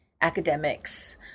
academics